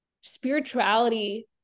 spirituality